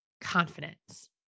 confidence